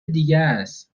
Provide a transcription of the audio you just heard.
دیگس